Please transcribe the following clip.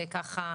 וככה